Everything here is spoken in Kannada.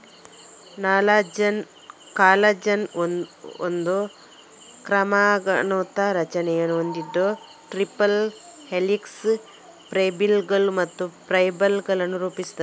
ಕಾಲಜನ್ ಒಂದು ಕ್ರಮಾನುಗತ ರಚನೆಯನ್ನು ಹೊಂದಿದ್ದು ಟ್ರಿಪಲ್ ಹೆಲಿಕ್ಸ್, ಫೈಬ್ರಿಲ್ಲುಗಳು ಮತ್ತು ಫೈಬರ್ ಗಳನ್ನು ರೂಪಿಸುತ್ತದೆ